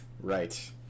Right